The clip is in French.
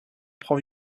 prend